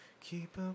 keep